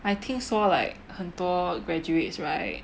I 听说 like 很多 graduates right